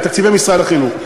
מתקציבי משרד החינוך.